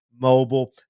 mobile